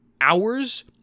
hours